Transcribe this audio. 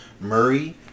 Murray